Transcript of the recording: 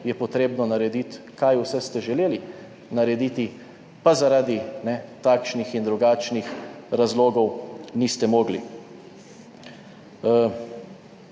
je potrebno narediti, kaj vse ste želeli narediti, pa zaradi takšnih in drugačnih razlogov niste mogli.